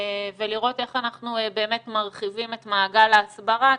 ולראות איך אנחנו באמת מרחיבים את מעגל ההסברה.